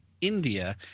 India